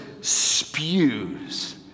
spews